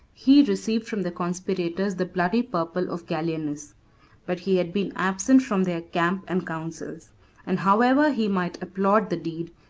he received from the conspirators the bloody purple of gallienus but he had been absent from their camp and counsels and however he might applaud the deed,